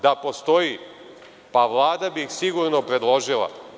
Da postoji, pa Vlada bi ih sigurno predložila.